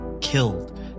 killed